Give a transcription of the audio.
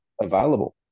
available